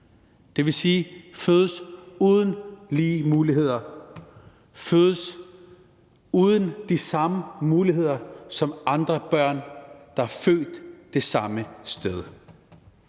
dvs. fødes uden lige muligheder, fødes uden de samme muligheder som andre børn, der er født det samme sted.